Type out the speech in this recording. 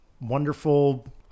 wonderful